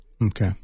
Okay